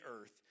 earth